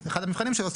אחד המבחנים שלו,